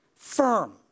Firm